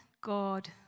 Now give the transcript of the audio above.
God